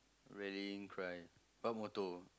rallying cry what motto